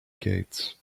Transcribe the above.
gates